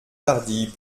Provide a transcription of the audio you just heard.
tardy